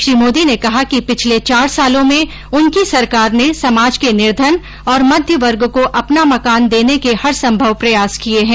श्री मोदी ने कहा कि पिछले चार सालों में उनकी सरकार ने समाज के निर्धन और मध्यवर्ग को अपना मकान देने के हरसंभव प्रयास किए हैं